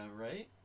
right